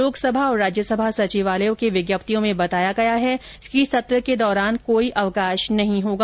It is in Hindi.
लोकसभा और राज्यसभा सचिवालयों की विज्ञप्तियों में बताया गया है कि सत्र के दौरान कोई अवकाश नहीं होगा